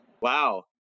Wow